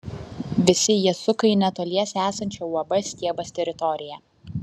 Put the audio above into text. visi jie suka į netoliese esančią uab stiebas teritoriją